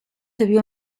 debió